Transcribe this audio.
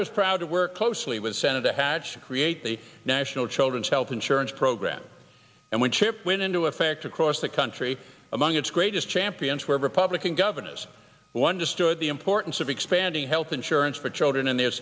was proud to work closely with senator hatch to create the national children's health insurance program and when chip went into effect across the country among its greatest champions where republican governors wonder stood the importance of expanding health insurance for children and their